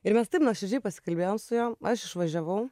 ir mes taip nuoširdžiai pasikalbėjom su juo aš išvažiavau